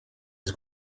his